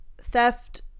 Theft